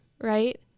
Right